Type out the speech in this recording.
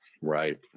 Right